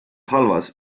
halvas